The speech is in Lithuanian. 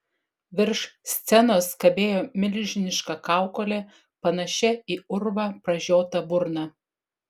virš scenos kabėjo milžiniška kaukolė panašia į urvą pražiota burna